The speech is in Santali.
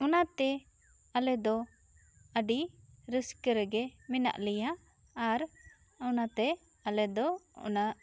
ᱚᱱᱟᱛᱮ ᱟᱞᱮ ᱫᱚ ᱟᱹᱰᱤ ᱨᱟᱹᱥᱠᱟᱹ ᱨᱮᱜᱮ ᱢᱮᱱᱟᱜ ᱞᱮᱭᱟ ᱟᱨ ᱚᱱᱟ ᱛᱮ ᱟᱞᱮ ᱫᱚ ᱚᱱᱟ